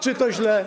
Czy to źle?